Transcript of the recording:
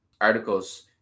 articles